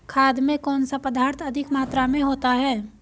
खाद में कौन सा पदार्थ अधिक मात्रा में होता है?